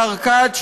השר כץ,